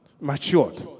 matured